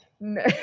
no